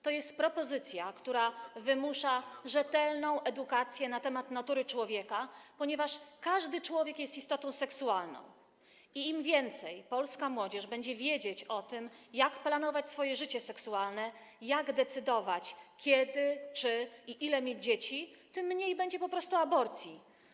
To jest propozycja, która wymusza rzetelną edukację na temat natury człowieka, ponieważ każdy człowiek jest istotą seksualną i im więcej polska młodzież będzie wiedzieć o tym, jak planować swoje życie seksualne, jak decydować o tym, kiedy, czy i ile mieć dzieci, tym po prostu mniej będzie aborcji.